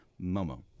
momo